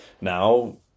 Now